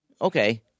Okay